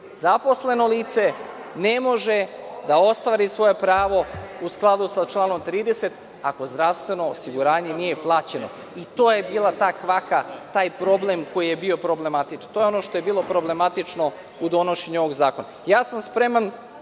Zaposleno lice ne može da ostvari svoje pravo u skladu sa članom 30. ako zdravstveno osiguranje nije plaćeno. To je bila ta kvaka i taj problem koji je bio problematičan. To je ono što je bilo problematično u donošenju ovog zakona. Spreman